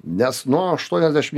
nes nuo aštuoniasdešim